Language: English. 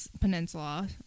Peninsula